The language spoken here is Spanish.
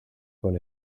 con